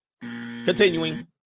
Continuing